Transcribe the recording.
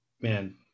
man